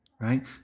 right